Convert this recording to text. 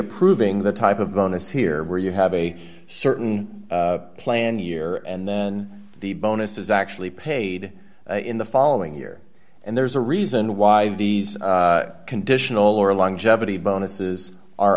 approving the type of bonus here where you have a certain plan year and then the bonus is actually paid in the following year and there's a reason why these conditional or long jetty bonuses are